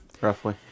Roughly